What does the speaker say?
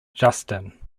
justin